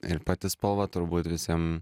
ir pati spalva turbūt visiem